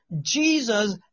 Jesus